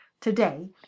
Today